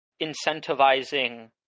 incentivizing